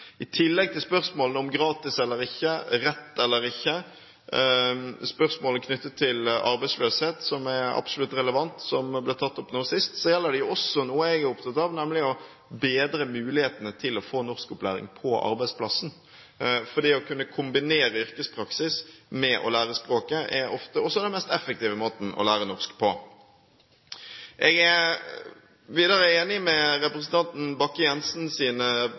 I tillegg til spørsmålene om gratis eller ikke, rett eller ikke, spørsmål knyttet til arbeidsløshet, som er absolutt relevant, og som ble tatt opp nå sist, gjelder det også noe jeg er opptatt av, nemlig å bedre mulighetene til å få norskopplæring på arbeidsplassen, for det å kunne kombinere yrkespraksis med å lære språket er ofte den mest effektive måten å lære norsk på. Videre er jeg enig i representanten